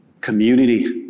Community